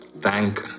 thank